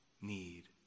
need